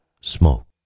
smoke